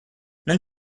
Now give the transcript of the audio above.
non